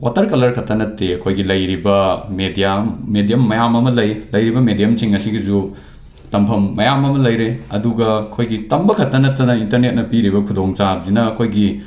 colour ꯈꯛꯇ ꯅꯠꯇꯦ ꯑꯩꯈꯣꯏꯒꯤ ꯂꯩꯔꯤꯕ ꯃꯦꯗꯤꯌꯥꯝ ꯃꯦꯗꯤꯌꯝ ꯃꯌꯥꯝ ꯑꯃ ꯂꯩ ꯂꯩꯔꯤꯕ ꯃꯦꯗꯤꯌꯝꯁꯤꯡ ꯑꯁꯤꯒꯤꯁꯨ ꯇꯝꯐꯝ ꯃꯌꯥꯝ ꯑꯃ ꯂꯩꯔꯦ ꯑꯗꯨꯒ ꯑꯩꯈꯣꯏꯗꯤ ꯇꯝꯕ ꯈꯛꯇ ꯅꯠꯇꯅ ꯏꯟꯇꯔꯅꯦꯠꯅ ꯄꯤꯔꯤꯕ ꯈꯨꯗꯣꯡꯆꯥꯕꯁꯤꯅ ꯑꯩꯈꯣꯏꯒꯤ